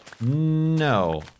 No